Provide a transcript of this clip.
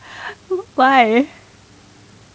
why